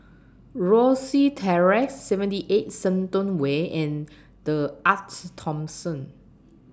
Rosyth Terrace seventy eight Shenton Way and The Arte Thomson